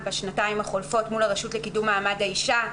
בשנתיים שחלפו עשינו עבודה מול הרשות לקידום מעמד האישה.